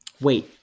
Wait